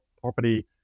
property